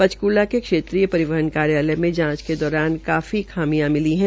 पंचकूला के क्षेत्रीय परिवहन कार्यालय में जांच के दौरान काफी खामियां मिली है